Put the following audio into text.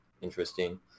interesting